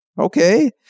okay